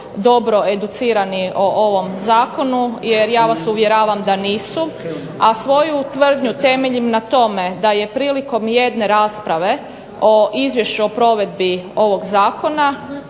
dobro educirani o ovom zakonu, jer ja vas uvjeravam da nisu. A svoju tvrdnju temeljim na tome da je prilikom jedne rasprave o izvješću o provedbi ovog zakona